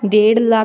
ਡੇਢ ਲੱਖ